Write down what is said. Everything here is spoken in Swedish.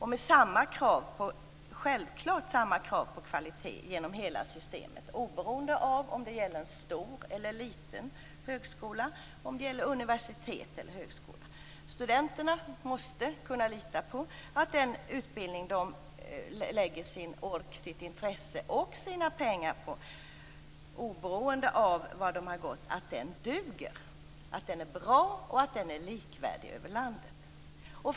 Det skall självklart vara samma krav på kvaliteten i hela systemet, oberoende av om det gäller en stor eller en liten högskola och oberoende av om det gäller universitet eller högskola. Studenterna måste kunna lita på att den utbildning duger som de har lagt ned ork, intresse och pengar på, oberoende av var de gått. Utbildningen skall vara bra och likvärdig över hela landet.